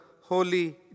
holy